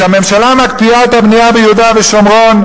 כשהממשלה מקפיאה את הבנייה ביהודה ושומרון,